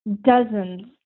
dozens